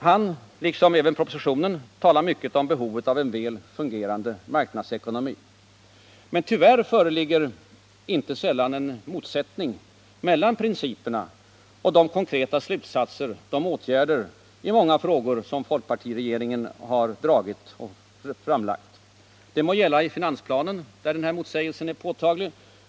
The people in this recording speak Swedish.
Erik Huss talar — även i propositionen — mycket om behovet av en väl fungerande marknadsekonomi. Men tyvärr föreligger inte sällan en klar motsättning mellan principerna och de konkreta slutsatserna och åtgärderna i många frågor från folkpartiregeringens sida. Det gäller finansplanen, där den här motsägelsen är påtaglig.